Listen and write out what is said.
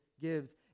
gives